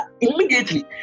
immediately